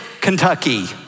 Kentucky